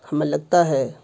ہمیں لگتا ہے